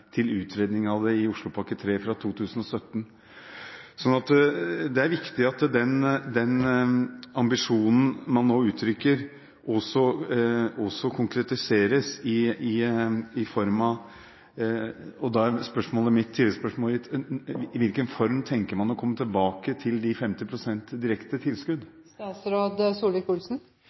til utredning av det i Oslo-pakke 3 fra 2017. Det er viktig at den ambisjonen man nå uttrykker, også konkretiseres, og da er tilleggsspørsmålet mitt: I hvilken form tenker man å komme tilbake til de 50 pst. direkte